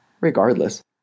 Regardless